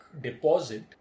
deposit